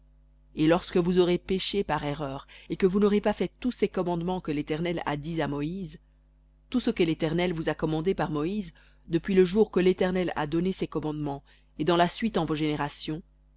et lorsque vous aurez péché par erreur et que vous n'aurez pas fait tous ces commandements que l'éternel a dits à moïse tout ce que l'éternel vous a commandé par moïse depuis le jour que l'éternel a donné ses commandements et dans la suite en vos générations